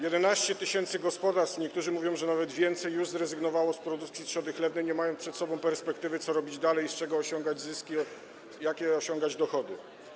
11 tys. gospodarstw - a niektórzy mówią, że nawet więcej - już zrezygnowało z produkcji trzody chlewnej, nie mając perspektywy, nie wiedząc, co robić dalej i z czego osiągać zyski, jakie osiągać dochody.